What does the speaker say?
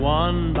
one